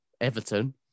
Everton